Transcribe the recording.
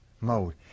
mode